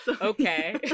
Okay